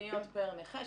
כמות פניות פר נכה?